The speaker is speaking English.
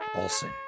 Olson